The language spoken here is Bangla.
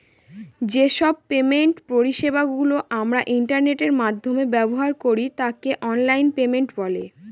যে সব পেমেন্ট পরিষেবা গুলো আমরা ইন্টারনেটের মাধ্যমে ব্যবহার করি তাকে অনলাইন পেমেন্ট বলে